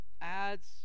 ads